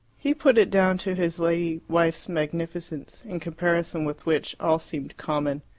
he put it down to his lady wife's magnificence, in comparison with which all seemed common.